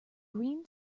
green